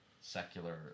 secular